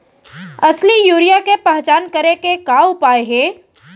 असली यूरिया के पहचान करे के का उपाय हे?